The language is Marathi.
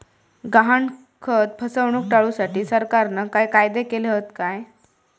गहाणखत फसवणूक टाळुसाठी सरकारना काय कायदे केले हत काय?